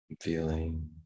Feeling